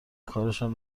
کارشان